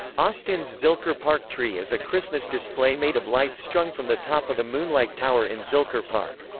austin's zilker park tree is a christmas display made of lights strung from the top of a moonlight tower in zilker park.